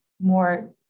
more